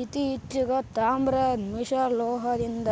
ಇತ್ತಿಚೀಗ್ ತಾಮ್ರದ್ ಮಿಶ್ರಲೋಹದಿಂದ್